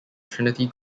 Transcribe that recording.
trinity